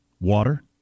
water